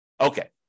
Okay